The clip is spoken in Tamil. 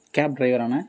கேப் ட்ரைவராண்ண